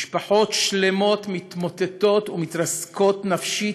משפחות שלמות מתמוטטות ומתרסקות נפשית,